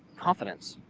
confidence.